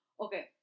okay